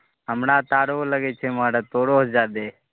हमरा तऽ आओरो लगै छै महराज तोरोसे जादे